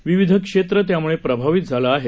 विविध क्षेत्र त्यामुळे प्रभावित झालं आहे